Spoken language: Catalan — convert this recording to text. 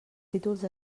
títols